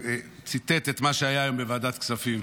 שציטט את מה שהיה היום בוועדת הכספים.